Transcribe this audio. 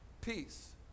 peace